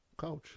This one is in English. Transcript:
couch